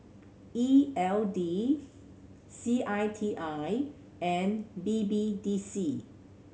E L D C I T I and B B D C